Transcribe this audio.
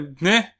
nah